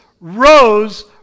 rose